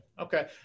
Okay